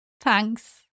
Thanks